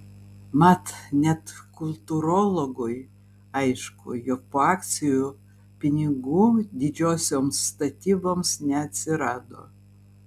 mat net kultūrologui aišku jog po akcijų pinigų didžiosioms statyboms neatsirado